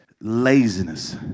laziness